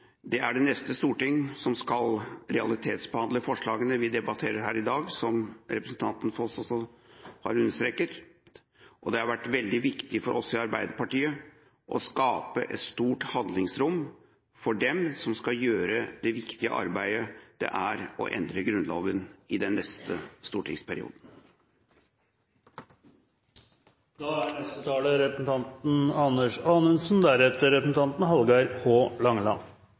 Det er det neste storting som skal realitetsbehandle forslagene vi debatterer i her i dag, som representanten Foss også har understreket. Det har vært veldig viktig for oss i Arbeiderpartiet å skape et stort handlingsrom for dem som skal gjøre det viktige arbeidet det er å endre Grunnloven i neste